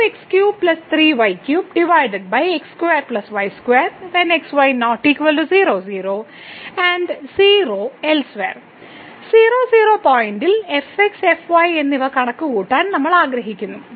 00 പോയിന്റിൽ fx fy എന്നിവ കണക്കുകൂട്ടാൻ നമ്മൾ ആഗ്രഹിക്കുന്നു